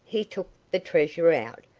he took the treasure out,